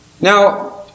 Now